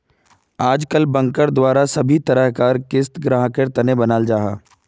आजकल बनकर द्वारा सभी तरह कार क़िस्त ग्राहकेर तने बनाल जाहा